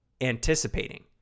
anticipating